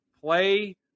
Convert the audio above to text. play